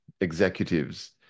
executives